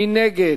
מי נגד?